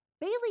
Bailey